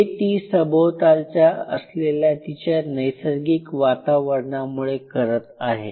हे ती सभोवतालच्या असलेल्या तिच्या नैसर्गिक वातावरणामुळे करत आहे